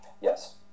Yes